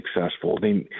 successful